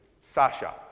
Sasha